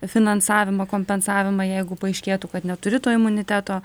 finansavimo kompensavimą jeigu paaiškėtų kad neturi to imuniteto